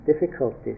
difficulties